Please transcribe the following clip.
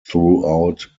throughout